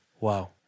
Wow